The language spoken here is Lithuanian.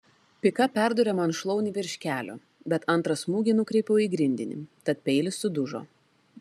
pika perdūrė man šlaunį virš kelio bet antrą smūgį nukreipiau į grindinį tad peilis sudužo